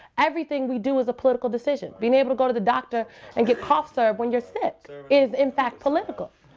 everything we do is a political decision. being able to go to the doctor and get cough syrup when you're sick is, in fact, political.